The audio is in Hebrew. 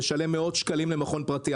יצטרך לשלם מאות שקלים למכון פרטי.